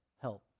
help